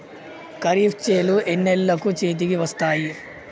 ఖరీఫ్ చేలు ఎన్నాళ్ళకు చేతికి వస్తాయి?